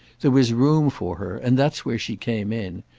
there was room for her, and that's where she came in.